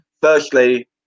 firstly